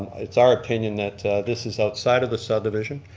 it's our opinion that this is outside of the subdivision,